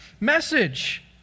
message